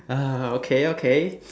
err okay okay